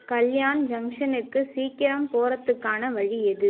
கல்யாண் ஜங்க்ஷனுக்கு சீக்கிரம் போகிறதுக்கான வழி எது